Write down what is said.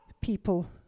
people